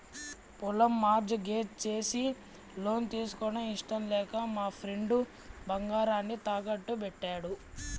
పొలం mortgage చేసి loan తీసుకోవడం ఇష్టం లేక మా ఫ్రెండు బంగారాన్ని తాకట్టుబెట్టాడు